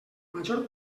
major